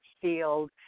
field